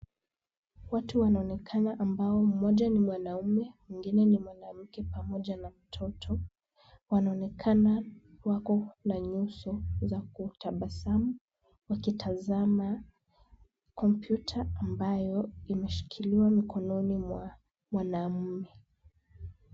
Watu wanaonekana ambao mmoja ni mwanaume, mwingine ni mwanamke pamoja na mtoto. Wanaonekana wako na nyuso za kutabasamu, wakitazama kompyuta ambayo imeshikiliwa mkononi mwa mwanamume.